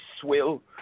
swill